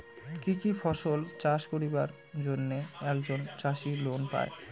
কি কি ফসল চাষ করিবার জন্যে একজন চাষী লোন পায়?